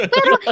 Pero